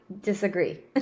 disagree